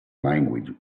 language